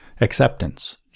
Acceptance